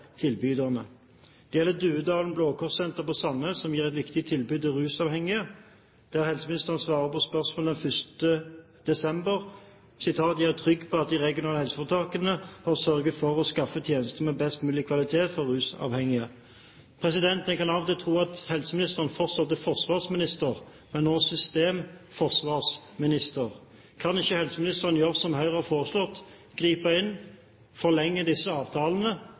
tilbyderne». Det gjelder også Duedalen Blå Kors Behandlingssenter i Sandnes, som gir et viktig tilbud til rusavhengige. Helseministeren svarer på spørsmål den 1. desember: «Jeg er derfor trygg på at de regionale helseforetakene har sørget for å anskaffe tjenester med best mulig kvalitet for de rusavhengige.» En kan av og til tro at helseministeren fortsatt er forsvarsminister, men nå systemforsvarsminister. Kan ikke helseministeren gjøre som Høyre har foreslått: gripe inn, forlenge disse avtalene